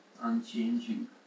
unchanging